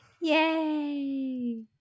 Yay